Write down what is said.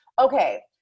okay